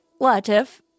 Latif